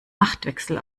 machtwechsel